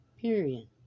period